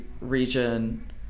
region